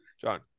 John